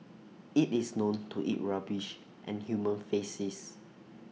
IT is known to eat rubbish and human faces